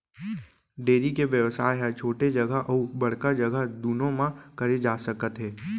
dairy के बेवसाय ह छोटे जघा अउ बड़का जघा दुनों म करे जा सकत हे